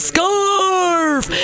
Scarf